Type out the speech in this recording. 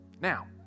Now